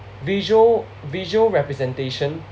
visual visual representation